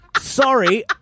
sorry